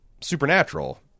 supernatural